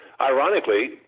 Ironically